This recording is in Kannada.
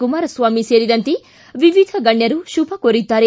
ಕುಮಾರಸ್ವಾಮಿ ಸೇರಿದಂತೆ ವಿವಿಧ ಗಣ್ಣರು ಶುಭ ಕೋರಿದ್ದಾರೆ